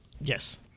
Yes